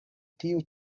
tiu